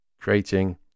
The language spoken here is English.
creating